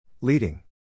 Leading